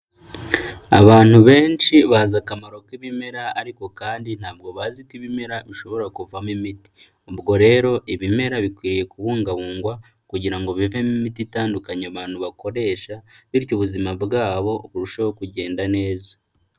Abantu benshi bazi akamaro k'ibimera ariko kandi ntabwo bazi ko ibimera bishobora kuvamo imiti, ubwo rero ibimera bikwiye kubungabungwa kugira ngo bivemo imiti itandukanye abantu bakoresha, bityo ubuzima bwabo burusheho kugenda neza.